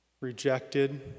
rejected